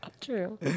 True